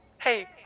hey